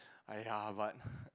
aiya but